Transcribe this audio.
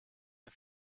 der